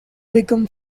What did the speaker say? become